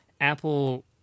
Apple